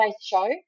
show